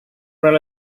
benar